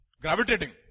Gravitating